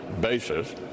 basis